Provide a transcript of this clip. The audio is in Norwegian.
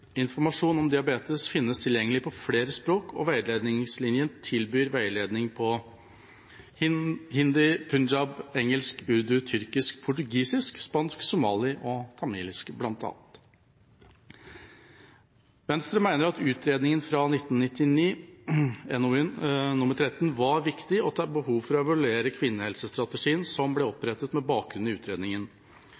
Informasjon om diabetes finnes tilgjengelig på flere språk, og veiledningslinjen tilbyr veiledning på bl.a. hindi, punjabi, engelsk, urdu, tyrkisk, portugisisk, spansk, somali og tamilsk. Venstre mener at utredningen fra 1999, NOU 1999:13, var viktig, og at det er behov for å evaluere kvinnehelsestrategien som ble opprettet med bakgrunn i utredningen,